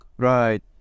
Right